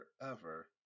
forever